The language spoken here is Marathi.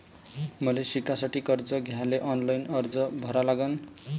मले शिकासाठी कर्ज घ्याले ऑनलाईन अर्ज कसा भरा लागन?